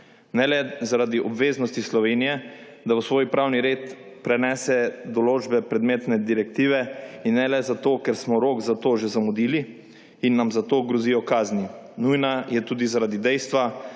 ne le zaradi obveznosti Slovenije, da v svoj pravni red prenese določbe predmetne direktive, in ne le zato, ker smo rok za to že zamudili in nam zato grozijo kazni, nujna je tudi zaradi dejstva,